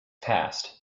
passed